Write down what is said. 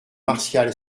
martial